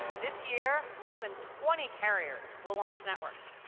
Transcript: this year, more than twenty carriers will launch networks.